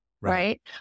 right